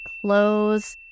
clothes